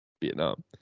Vietnam